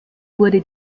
wurde